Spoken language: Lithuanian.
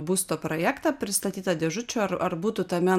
būsto projektą pristatytą dėžučių ar ar būtų tame